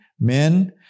Men